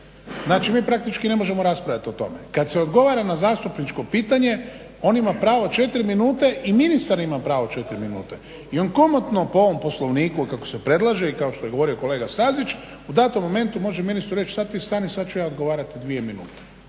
znači mi praktički ne možemo raspravljati o tome. Kad se odgovara na zastupničko pitanje on ima pravo 4 minute i ministar ima pravo 4 minute i on komotno po ovom Poslovniku kako se predlaže i kao što je govorio kolega Stazić u datom momentu može ministru reći sad ti stani sad ću ja odgovarati dvije minute.